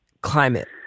climate